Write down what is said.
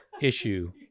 issue